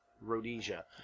Rhodesia